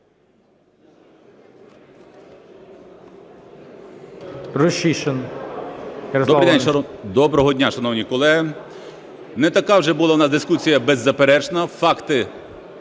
Доброго дня, шановні колеги. не така вже у нас була дискусія, беззаперечно,